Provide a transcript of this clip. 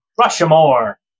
Rushmore